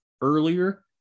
Earlier